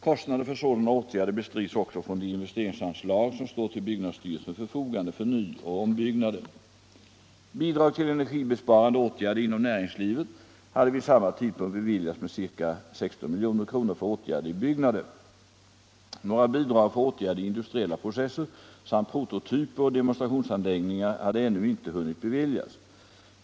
Kostnader för sådana åtgärder bestrids också från de investeringsanslag som står till byggnadsstyrelsens förfogande för nyoch ombyggnader. Bidrag till energibesparande åtgärder inom näringslivet hade vid samma tidpunkt beviljats med ca 16 milj.kr. för åtgärder i byggnader. Några bidrag för åtgärder i industriella processer samt prototyper och demonstrationsanläggningar hade ännu inte hunnit beviljas.